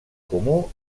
comú